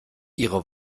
ihre